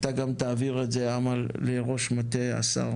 אמל, אתה גם תעביר את זה לראש מטה השר.